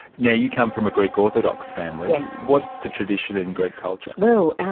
yeah you come from a greek orthodox family. what's the tradition in greek culture? well,